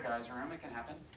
room it could happen,